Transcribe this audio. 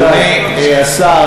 אדוני השר,